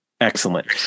Excellent